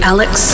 Alex